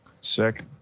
sick